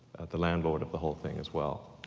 the landlord of the whole thing, as well.